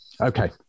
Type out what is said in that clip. Okay